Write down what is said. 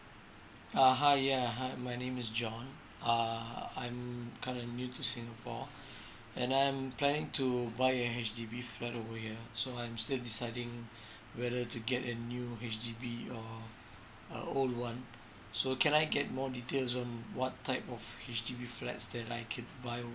uh hi yeah hi my name is john err I'm kind of new to singapore and I'm planning to buy a H_D_B flat over here so I'm still deciding whether to get a new H_D_B or uh old one so can I get more details on what type of H_D_B flats that I could buy